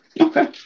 Okay